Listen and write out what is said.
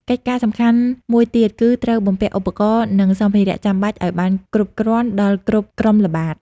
កិច្ចការសំខាន់មួយទៀតគឺត្រូវបំពាក់ឧបករណ៍ និងសម្ភារៈចាំបាច់ឲ្យបានគ្រប់គ្រាន់ដល់គ្រប់ក្រុមល្បាត។